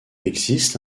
existe